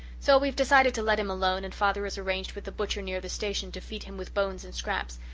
so we have decided to let him alone and father has arranged with the butcher near the station to feed him with bones and scraps.